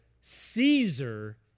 Caesar